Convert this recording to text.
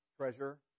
treasure